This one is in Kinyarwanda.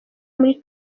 muri